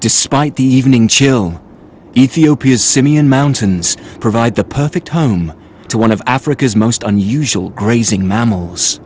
despite the evening chill ethiopia's simian mountains provide the perfect home to one of africa's most unusual grazing mammals